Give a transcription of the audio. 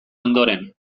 ondoren